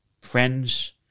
friends